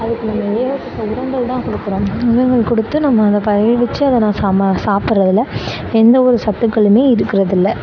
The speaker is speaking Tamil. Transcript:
அதுக்கு நம்ம ஏகப்பட்ட உரங்கள் தான் கொடுக்குறோம் உரங்கள் கொடுத்து நம்ம அதை பயிர்விச்சு அதை நம்ம சம சாப்பிட்றதுல்ல எந்த ஒரு சத்துக்களுமே இருக்கிறது இல்லை